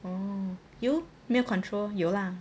oh 油没有 control 有 lah